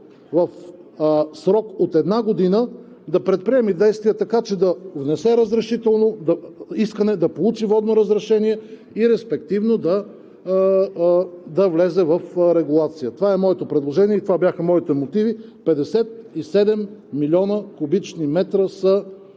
в срок от една година да предприеме действия, така че да внесе искане, да получи водно разрешение и респективно да влезе в регулация. Това е моето предложение и това бяха моите мотиви, 57 млн. куб. м са